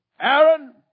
Aaron